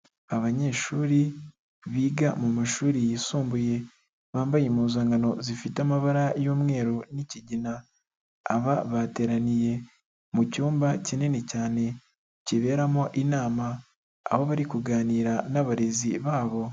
Abanyeshuri biga mu mashuri yisumbuye, bambaye impuzankano zifite amabara y'umweru n'ikigina, aba bateraniye mu cyumba kinini cyane kiberamo inama, aho bari kuganira n'abarezi babo.